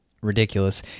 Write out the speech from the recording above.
ridiculous